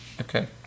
Okay